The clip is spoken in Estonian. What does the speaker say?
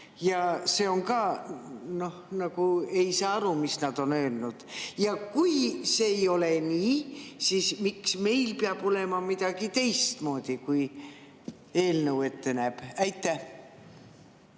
ja see on ka ... Nagu ei saa aru, mis nad on öelnud. Kui see ei ole nii, siis miks meil peab olema midagi teistmoodi, kui eelnõu ette näeb? Jaa.